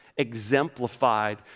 exemplified